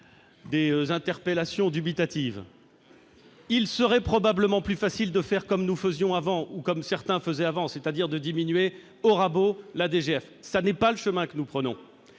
des interpellations dubitatives. Il serait probablement plus facile de faire comme nous le faisions avant, ou comme certains le faisaient avant, c'est-à-dire de diminuer au rabot la DGF. Tel n'est pas le chemin que nous prenons,